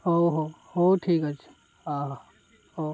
ହଉ ହଉ ହଉ ଠିକ୍ ଅଛି ହ ହଉ